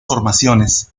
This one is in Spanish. formaciones